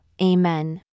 Amen